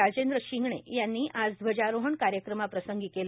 राजेंद्र शिंगणे यांनी आज ध्वजारोहण कार्यक्रमाप्रसंगी केलं